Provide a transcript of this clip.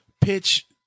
pitch